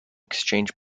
exchange